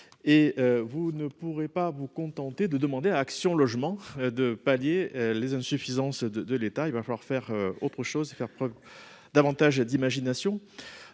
Vous ne pourrez pas vous contenter de demander à Action Logement de pallier les insuffisances de l’État. Il va falloir faire preuve de davantage d’imagination.